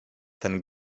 ten